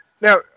now